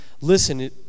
listen